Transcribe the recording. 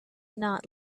not